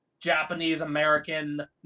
Japanese-American